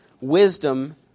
wisdom